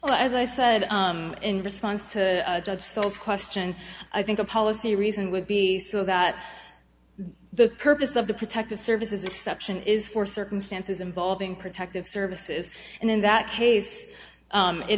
well as i said in response to judge sauls question i think a policy reason would be so that the purpose of the protective services exception is for circumstances involving protective services and in that case